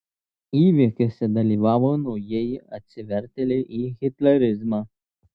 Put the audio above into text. įvykiuose dalyvavo naujieji atsivertėliai į hitlerizmą